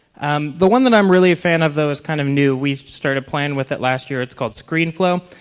um the one that i'm really a fan of though is kind of new. we started playing with it last year. it's called screenflow.